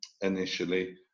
initially